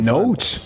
notes